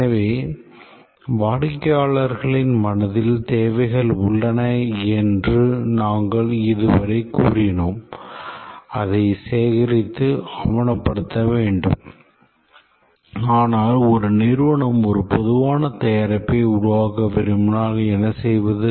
எனவே வாடிக்கையாளர்களின் மனதில் தேவைகள் உள்ளன என்று நாங்கள் இதுவரை கூறினோம் அதை சேகரித்து ஆவணப்படுத்த வேண்டும் ஆனால் ஒரு நிறுவனம் ஒரு பொதுவான தயாரிப்பை உருவாக்க விரும்பினால் என்ன செய்வது